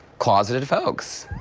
causative folks.